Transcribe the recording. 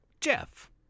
Jeff